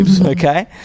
Okay